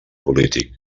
polític